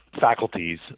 faculties